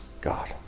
God